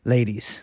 Ladies